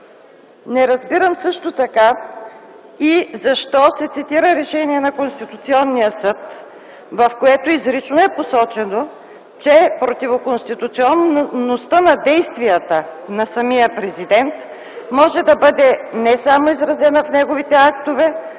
Не разбирам също така и защо се цитира решение на Конституционния съд, в което изрично е посочено, че противоконституционността на действията на самия президент може да бъде не само изразена в неговите актове,